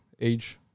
age